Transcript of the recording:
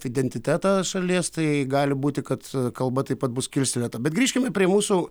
identitetą šalies tai gali būti kad kalba taip pat bus kilstelėta bet grįžkime prie mūsų